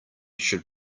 should